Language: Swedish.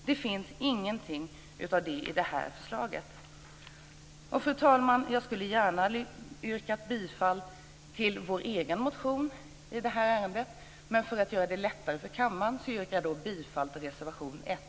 Det finns ingenting av detta i det här förslaget. Fru talman! Jag skulle gärna yrka bifall till vår egen motion i ärendet, men för att göra det lättare för kammaren yrkar jag bifall till reservation 1.